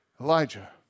Elijah